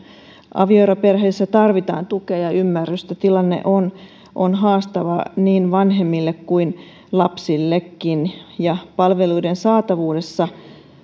avioeroperheissä tarvitaan tukea ja ymmärrystä tilanne on on haastava niin vanhemmille kuin lapsillekin palveluiden saatavuudessa